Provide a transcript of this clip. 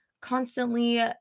constantly